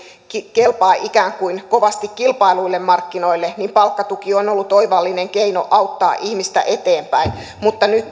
kelpaa ikään kuin kovasti kilpailuille markkinoille palkkatuki on ollut oivallinen keino auttaa ihmistä eteenpäin mutta nyt